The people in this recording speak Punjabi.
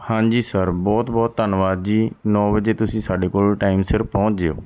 ਹਾਂਜੀ ਸਰ ਬਹੁਤ ਬਹੁਤ ਧੰਨਵਾਦ ਜੀ ਨੌਂ ਵਜੇ ਤੁਸੀਂ ਸਾਡੇ ਕੋਲ ਟਾਈਮ ਸਿਰ ਪਹੁੰਚ ਜਿਓ